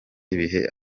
bihe